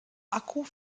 akku